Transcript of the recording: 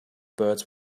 birds